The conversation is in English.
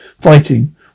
fighting